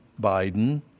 Biden